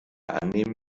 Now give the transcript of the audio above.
annehmen